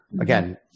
Again